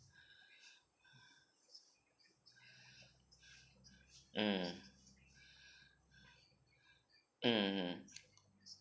mm mm mm